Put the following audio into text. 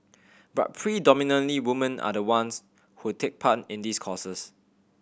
but predominantly women are the ones who take part in these courses